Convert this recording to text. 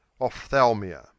ophthalmia